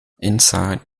inside